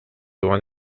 one